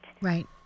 Right